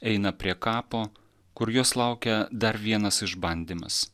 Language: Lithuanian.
eina prie kapo kur jos laukia dar vienas išbandymas